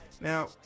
Now